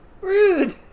Rude